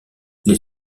les